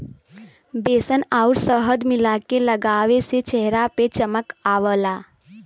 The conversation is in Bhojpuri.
बेसन आउर शहद मिला के लगावे से चेहरा में चमक आवला